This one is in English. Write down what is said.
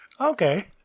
Okay